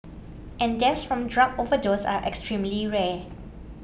and deaths from drug overdose are extremely rare